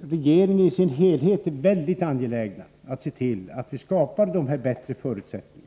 regeringen i dess helhet är mycket angelägen om att se till att vi skapar de bättre förutsättningarna.